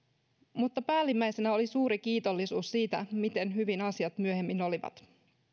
mutta päällimmäisenä oli suuri kiitollisuus siitä miten hyvin asiat myöhemmin olivat